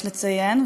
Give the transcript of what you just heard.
יש לציין,